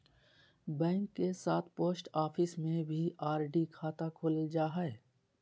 bank के साथ post office में भी आर.डी खाता खोलल जा हइ